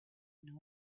know